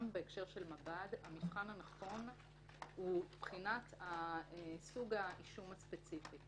גם בהקשר של מב"ד המבחן הנכון הוא בחינת סוג האישום הספציפי.